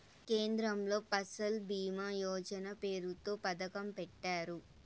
కేంద్రంలో ఫసల్ భీమా యోజన పేరుతో పథకం పెట్టారు